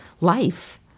life